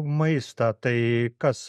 maistą tai kas